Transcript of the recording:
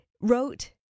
wrote